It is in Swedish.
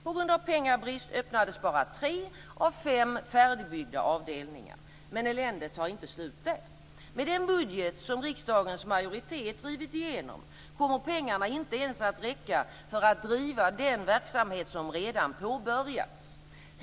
På grund av pengabrist öppnades bara tre av fem färdigbyggda avdelningar. Men eländet tar inte slut där. Med den budget som riksdagens majoritet nu driver igenom kommer pengarna inte ens att räcka för att driva den verksamhet som redan påbörjats.